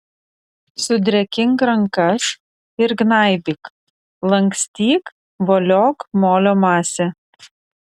sudrėkink rankas ir gnaibyk lankstyk voliok molio masę